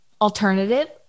alternative